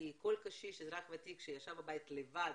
כי כל קשיש, אזרח ותיק, שישב בבית לבד,